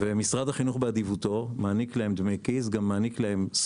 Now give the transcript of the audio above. משרד החינוך באדיבותו מעניק להם דמי כיס,